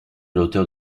l’auteur